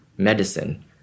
medicine